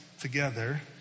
together